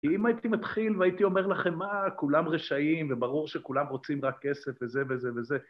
אם הייתי מתחיל והייתי אומר לכם, מה, כולם רשעים, וברור שכולם רוצים רק כסף וזה וזה וזה.